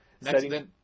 Setting